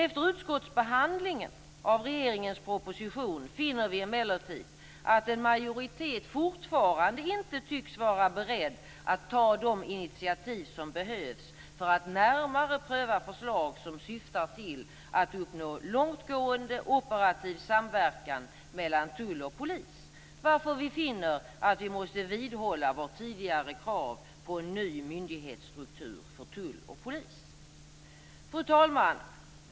Efter utskottsbehandlingen av regeringens proposition finner vi emellertid att en majoritet fortfarande inte tycks vara beredd att ta de initiativ som behövs för att närmare pröva förslag som syftar till att uppnå långtgående operativ samverkan mellan tull och polis, varför vi finner att vi måste vidhålla vårt tidigare krav på en ny myndighetsstruktur för tull och polis. Fru talman!